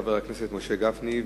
חבר הכנסת משה גפני,